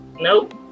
nope